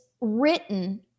written